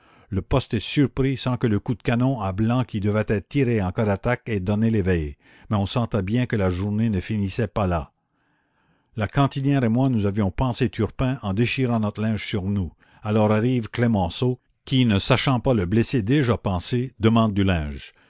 le poste est surpris sans que le coup de canon à blanc qui devait être tiré en cas d'attaque ait donné l'éveil mais on sentait bien que la journée ne finissait pas là la cantinière et moi nous avions pansé turpin en déchirant notre linge sur nous alors arrive clemenceau qui ne sachant pas le blessé déjà pansé demande du linge